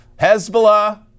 Hezbollah